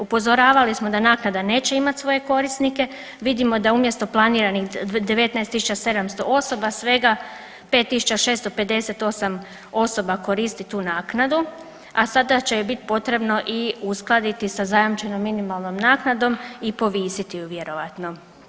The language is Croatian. Upozoravali smo da naknada neće imat svoje korisnike, vidimo da umjesto planiranih 19.700 osoba svega 5.658 osoba koristi tu naknadu, a sada će je bit potrebno i uskladiti sa zajamčenom minimalnom naknadom i povisit ju vjerojatno.